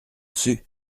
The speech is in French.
dessus